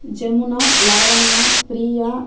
Jamuna Lavanya Priya